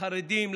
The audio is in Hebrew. לחרדים,